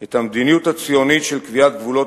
את המדיניות הציונית של קביעת גבולות